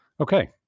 Okay